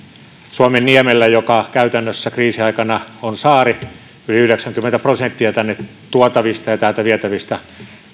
suomenniemellä joka käytännössä kriisin aikana on saari yli yhdeksänkymmentä prosenttia tänne tuotavista ja täältä vietävistä